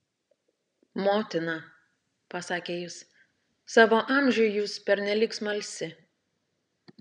motina pasakė jis savo amžiui jūs pernelyg smalsi